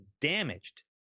damaged